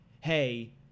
hey